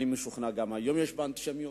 אני משוכנע שגם היום יש בה אנטישמיות,